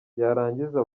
yarangiza